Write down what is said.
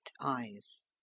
eyes